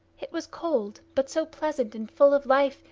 it was cold, but so pleasant and full of life,